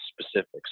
specifics